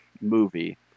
movie